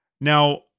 Now